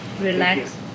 Relax